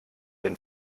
den